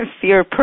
Fear